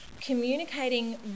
communicating